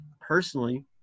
personally